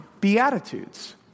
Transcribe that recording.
beatitudes